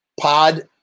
Pod